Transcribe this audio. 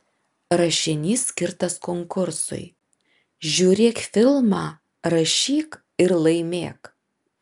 rašinys skirtas konkursui žiūrėk filmą rašyk ir laimėk